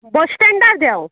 बसस्टेंडार देवं